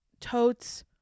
totes